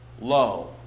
low